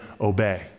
obey